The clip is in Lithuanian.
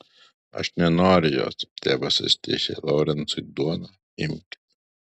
aš nenoriu jos tėvas ištiesė lorencui duoną imkit